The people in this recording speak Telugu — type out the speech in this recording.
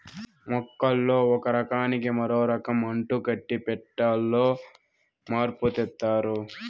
మొక్కల్లో ఒక రకానికి మరో రకం అంటుకట్టి పెట్టాలో మార్పు తెత్తారు